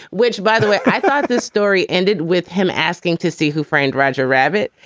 which, by the way, i thought this story ended with him asking to see who framed roger rabbit.